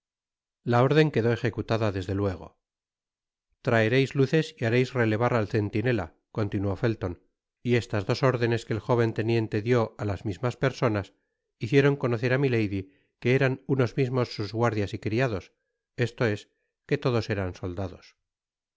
la órden quedó ejecutada desde luego traereis luces y hareis relevar al centinela continuó felton y estas dos órdenes que el jóven teniente dió á las mismas personas hicieron conocer á milady que eran unos mismos sus guardias y criados esto es que todos eran soldados por